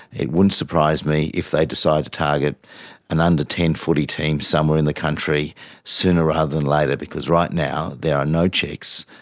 it wouldn't surprise me if they decide to target an under ten footy team somewhere in the country sooner rather than later, because right now there are no checks,